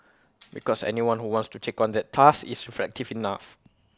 because anyone who wants to take on that task is reflective enough